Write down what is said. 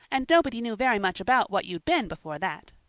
and nobody knew very much about what you'd been before that.